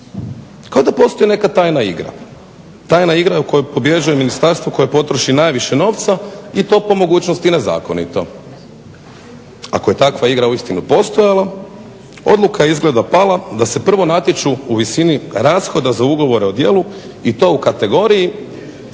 Kao da postoji neka tajna igra. Tajna igra u kojoj pobjeđuje ministarstvo koje potroši najviše novca i to po mogućnosti nezakonito. Ako je takva igra uistinu postojala odluka je izgleda pala da se prvo natječu u visini rashoda za ugovore o djelu i to u kategoriji